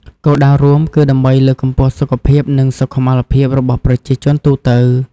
គោលដៅរួមគឺដើម្បីលើកកម្ពស់សុខភាពនិងសុខុមាលភាពរបស់ប្រជាជនទូទៅ។